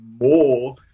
more